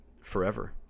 forever